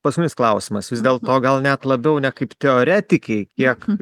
paskutinis klausimas vis dėlto gal net labiau ne kaip teoretikei kiek